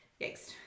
Yikes